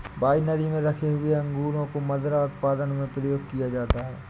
winery में रखे हुए अंगूरों को मदिरा उत्पादन में प्रयोग किया जाता है